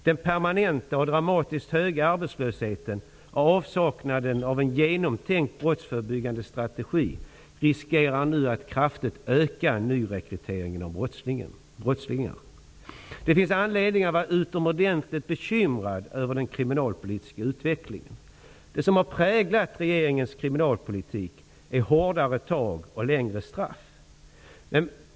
Den permanenta och dramatiskt höga arbetslösheten och avsaknaden av en genomtänkt brottsförebyggande strategi riskerar att leda till att nyrekryteringen av brottslingar kraftigt ökar. Det finns anledning att vara utomordentligt bekymrad över den kriminalpolitiska utvecklingen. Det som har präglat regeringens kriminalpolitik är hårdare tag och längre straff.